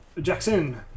jackson